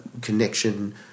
connection